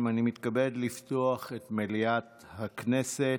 מתכבד לפתוח את מליאת הכנסת.